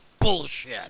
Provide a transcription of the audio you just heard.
bullshit